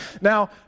Now